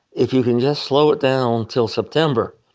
if you can just slow it down until september,